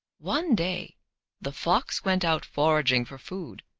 one day the fox went out foraging for food,